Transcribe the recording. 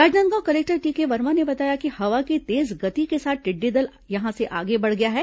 Rajnandgaon collector T K Verma ने बताया कि हवा की तेज गति के साथ टिड्डी दल यहां से आगे बढ़ गया है